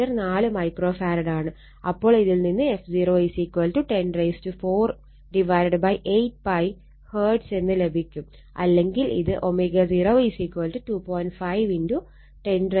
അപ്പോൾ ഇതിൽ നിന്ന് f0104 8π ഹേർട്സ് എന്ന് ലഭിക്കും അല്ലെങ്കിൽ ഇത് ω0 2